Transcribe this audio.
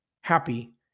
happy